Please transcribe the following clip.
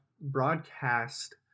broadcast